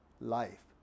life